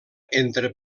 entre